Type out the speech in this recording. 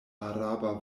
araba